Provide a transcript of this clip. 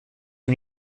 who